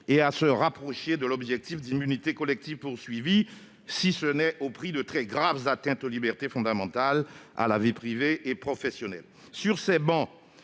et à nous rapprocher de l'objectif d'immunité collective, si ce n'est au prix de très graves atteintes aux libertés fondamentales et à la vie privée et professionnelle. Sur ces travées,